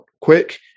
quick